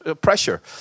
pressure